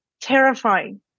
Terrifying